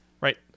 right